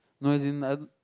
no as in uh